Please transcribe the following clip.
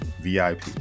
VIP